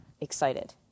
excited